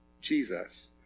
Jesus